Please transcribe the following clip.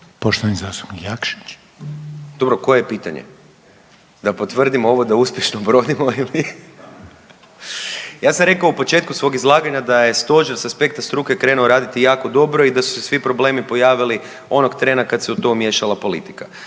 **Jakšić, Mišel (SDP)** Dobro, koje je pitanje? Da potvrdim ovo da uspješno brodimo ili? Ja sam rekao u početku svog izlaganja da je stožer sa aspekta struke krenuo raditi jako dobro i da su se svi problemi pojavili onog trena kada se u to umiješala politika.